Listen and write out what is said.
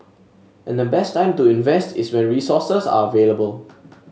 and the best time to invest is when resources are available